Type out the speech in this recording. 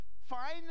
find